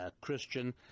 Christian